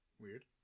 Weird